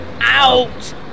out